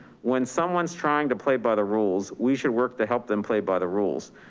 when someone's trying to play by the rules, we should work to help them play by the rules.